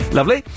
Lovely